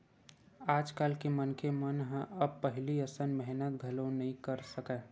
आज के मनखे मन ह अब पहिली असन मेहनत घलो नइ कर सकय